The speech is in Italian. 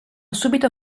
subito